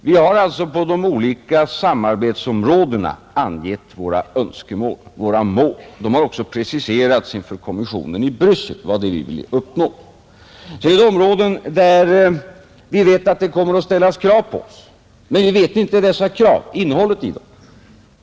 Vi har på de olika samarbetsområdena angett våra mål. Det har också preciserats inför kommissionen i Bryssel vad vi vill uppnå. Det gäller områden där vi vet att det kommer att ställas krav på oss, men vi vet inte innehållet i dessa krav.